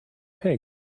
pig